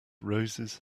roses